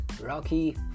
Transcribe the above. Rocky